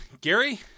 Gary